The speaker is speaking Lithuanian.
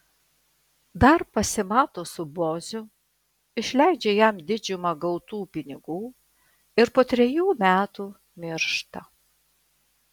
dar pasimato su boziu išleidžia jam didžiumą gautų pinigų ir po trejų metų miršta